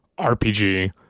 RPG